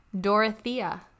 dorothea